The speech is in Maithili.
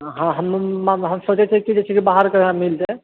हँ हम सोचै छियै कि जे बहार कऽ मिल जाय